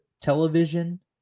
television